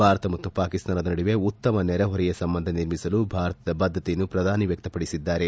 ಭಾರತ ಮತ್ತು ಪಾಕಿಸ್ತಾನದ ನಡುವೆ ಉತ್ತಮ ನೆರೆಹೊರೆಯ ಸಂಬಂಧ ನಿರ್ಮಿಸಲು ಭಾರತದ ಬದ್ಧತೆಯನ್ನು ಪ್ರಧಾನಿ ವ್ಯಕ್ತಪಡಿಸಿದ್ದಾರೆ